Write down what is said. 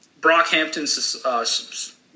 Brockhampton's